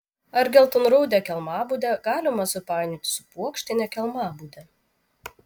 ar geltonraudę kelmabudę galima supainioti su puokštine kelmabude